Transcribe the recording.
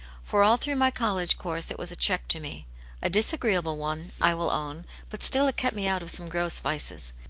for all through my college course it was a check to me a disagreeable one, i will own but still it kept me out of some gross vices.